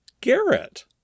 Garrett